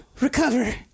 recover